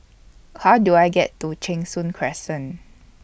How Do I get to Cheng Soon Crescent